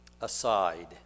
aside